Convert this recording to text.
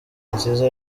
nziza